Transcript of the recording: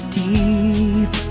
deep